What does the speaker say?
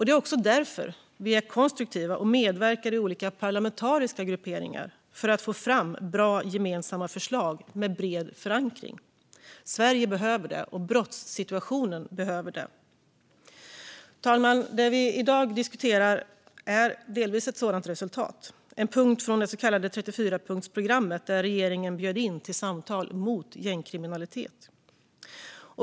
Det är också därför vi är konstruktiva och medverkar i olika parlamentariska grupperingar för att få fram bra gemensamma förslag med bred förankring. Sverige behöver det, och brottssituationen behöver det. Fru talman! Det vi i dag diskuterar är delvis ett resultat av detta. Det är en punkt från det så kallade 34-punktsprogrammet, där regeringen bjöd in till samtal mot gängkriminalitet.